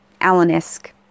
Allen-esque